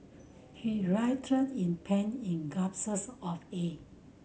he writhed in pain in gasped of air